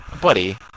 Buddy